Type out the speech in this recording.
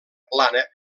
plana